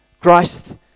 Christ